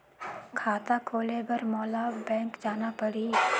खाता खोले बर मोला बैंक जाना परही?